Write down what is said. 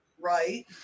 Right